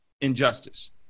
injustice